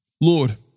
Lord